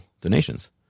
donations